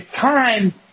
time